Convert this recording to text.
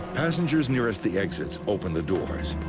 passengers nearest the exits open the doors.